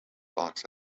asked